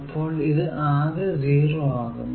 അപ്പോൾ ഇത് ആകെ 0 ആകുന്നു